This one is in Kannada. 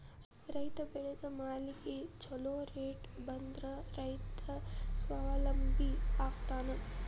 ರೈತ ಬೆಳೆದ ಮಾಲಿಗೆ ಛೊಲೊ ರೇಟ್ ಬಂದ್ರ ರೈತ ಸ್ವಾವಲಂಬಿ ಆಗ್ತಾನ